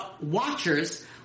watchers